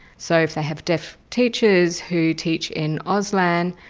so if they have deaf teachers who teach in auslan,